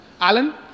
Alan